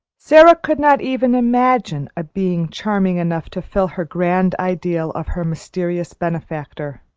sara could not even imagine a being charming enough to fill her grand ideal of her mysterious benefactor.